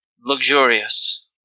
luxurious